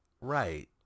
Right